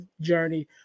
journey